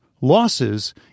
losses